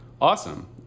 Awesome